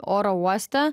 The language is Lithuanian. oro uoste